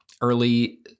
early